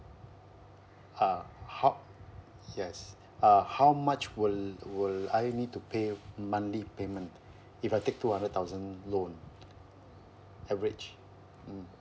uh how yes uh how much will will I need to pay monthly payment if I take two hundred thousand loan average mm